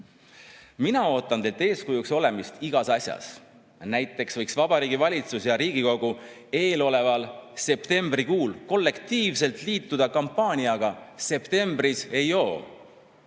Mina ootan teilt eeskujuks olemist igas asjas. Näiteks võiks Vabariigi Valitsus ja Riigikogu eeloleval septembrikuul kollektiivselt liituda kampaaniaga "Septembris ei joo",